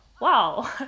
wow